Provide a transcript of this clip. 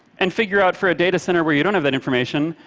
and figure out for a data center where you don't have that information,